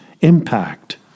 impact